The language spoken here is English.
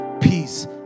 peace